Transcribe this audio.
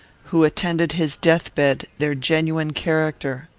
who attended his death-bed, their genuine character.